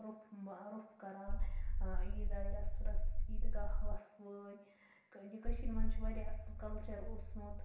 روٚپھ روٚپھ کَران عیٖد آے رَسہٕ رَسہٕ عیٖد گاہ وَسہٕ وٲے یہِ کٔشیٖرِ منٛز چھِ واریاہ اَصٕل کَلچَر اوسمُت